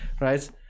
Right